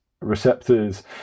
receptors